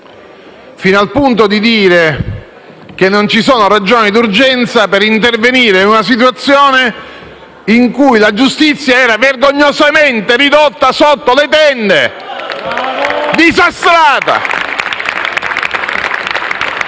fino al punto di dire che non ci sono ragioni d'urgenza per intervenire in una situazione in cui la giustizia era vergognosamente ridotta sotto le tende, era disastrata!